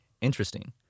interesting